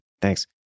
Thanks